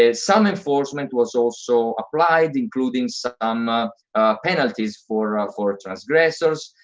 ah some enforcement was also applied, including some penalties for for transgressors.